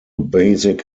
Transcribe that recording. basic